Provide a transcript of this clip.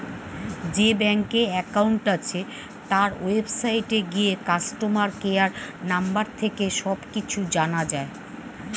যেই ব্যাংকে অ্যাকাউন্ট আছে, তার ওয়েবসাইটে গিয়ে কাস্টমার কেয়ার নম্বর থেকে সব কিছু জানা যায়